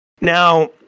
Now